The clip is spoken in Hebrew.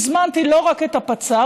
הזמנתי לא רק את הפצ"ר,